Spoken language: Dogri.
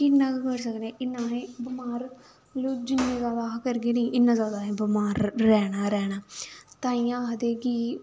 इन्ना गै करी सकदे आं इन्ना अस बमार मतलब जिन्ना अस जादा करगे नी इन्ना जादा असें बमार रैह्ना गै रैह्ना ताइयें आखदे कि